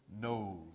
knows